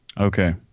Okay